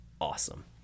awesome